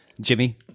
Jimmy